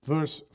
Verse